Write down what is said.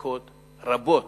ריקות רבות.